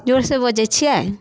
जोरसँ बजैत छियै